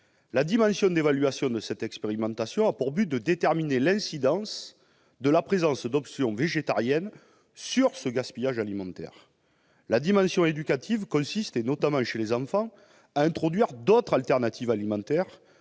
La dimension d'évaluation de cette expérimentation a pour but de déterminer l'incidence de la présence d'options végétariennes sur ce gaspillage alimentaire. La dimension éducative consiste, notamment chez les enfants, à introduire d'autres solutions alimentaires,